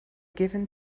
given